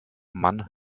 man